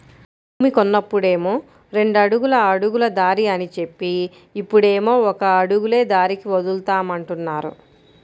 భూమి కొన్నప్పుడేమో రెండడుగుల అడుగుల దారి అని జెప్పి, ఇప్పుడేమో ఒక అడుగులే దారికి వదులుతామంటున్నారు